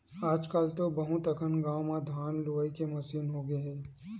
आजकल तो बहुत अकन गाँव म धान लूए के मसीन होगे हे